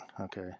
okay